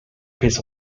piece